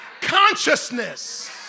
consciousness